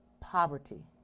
poverty